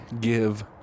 give